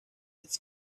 its